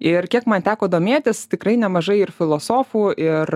ir kiek man teko domėtis tikrai nemažai ir filosofų ir